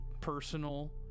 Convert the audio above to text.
personal